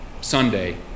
Sunday